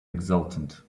exultant